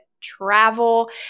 travel